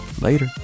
Later